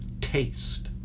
taste